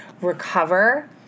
recover